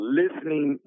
listening